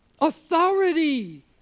authority